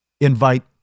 Invite